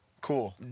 Cool